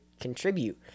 contribute